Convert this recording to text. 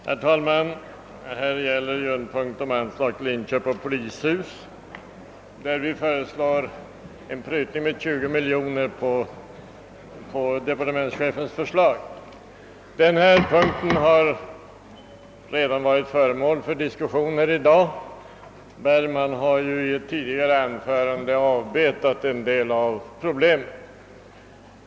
Herr talman! Denna punkt gäller anslag till inköp av polishus. Vi föreslår här en prutning med 20 miljoner på departementschefens förslag. Punkten har redan varit föremål för diskussioner i dag. Herr Bergman har i ett tidigare anförande avbetat en del av problemet.